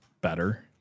better